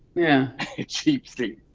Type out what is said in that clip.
yeah ah cheap seat,